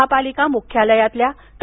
महापालिका मुख्यालयातल्या डॉ